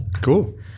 Cool